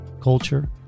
culture